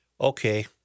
okay